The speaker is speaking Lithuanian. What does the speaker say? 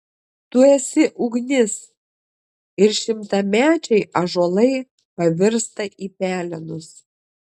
tu esi ugnis ir šimtamečiai ąžuolai pavirsta į pelenus